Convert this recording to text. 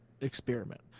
experiment